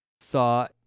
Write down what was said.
saw